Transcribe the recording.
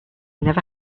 never